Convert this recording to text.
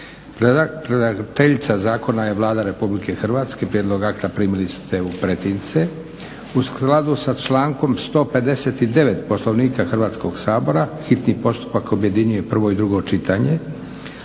Predlagateljica zakona je Vlada Republike Hrvatske. Prijedlog akta primili ste u pretince. U skladu sa člankom 159. Poslovnika Hrvatskog sabora hitni postupak objedinjuje prvo i drugo čitanje,